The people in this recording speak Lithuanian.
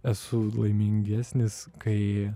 esu laimingesnis kai